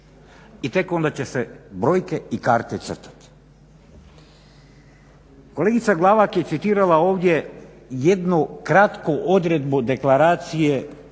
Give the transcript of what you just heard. i tek onda će se brojke i karte crtati. Kolegica Glavak je citirala ovdje jednu kratku odredbu Deklaracije